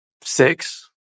Six